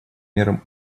мерам